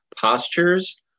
postures